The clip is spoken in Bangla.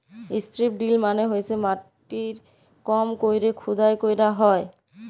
ইস্ত্রিপ ড্রিল মালে হইসে মাটির কম কইরে খুদাই ক্যইরা হ্যয়